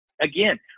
again